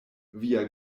via